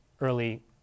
early